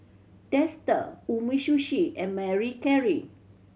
Dester Umisushi and Marie